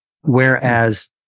whereas